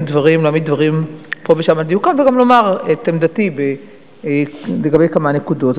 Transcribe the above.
דברים פה ושם על דיוקם וגם לומר את עמדתי לגבי כמה נקודות.